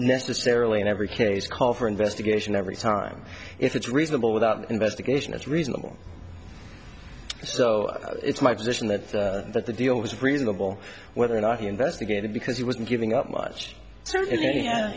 necessarily in every case call for investigation every time if it's reasonable without investigation it's reasonable so it's my position that that the deal was reasonable whether or not he investigated because he wasn't giving up much